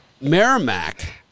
Merrimack